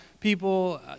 people